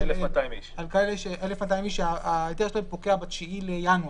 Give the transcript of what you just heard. מדובר על 1,200 איש שההיתר שלהם פוקע ב-9 בינואר,